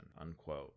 unquote